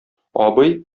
абый